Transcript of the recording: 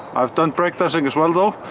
i've done break dancing as well though,